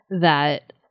that-